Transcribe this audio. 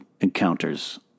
encounters